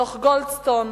דוח-גולדסטון,